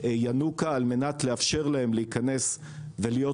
ינוקא על מנת לאפשר להם להיכנס ולהיות